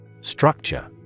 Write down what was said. Structure